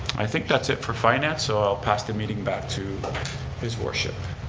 i think that's it for finance so i'll pass the meeting back to his worship.